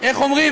איך אומרים?